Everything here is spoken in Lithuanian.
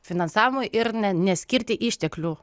finansavimui ir ne neskirti išteklių